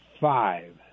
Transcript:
five